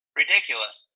ridiculous